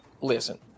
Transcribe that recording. Listen